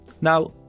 Now